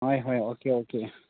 ꯍꯣꯏ ꯍꯣꯏ okay okay